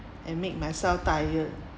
and make myself tired